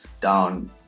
down